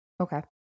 Okay